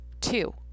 Two